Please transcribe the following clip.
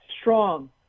strong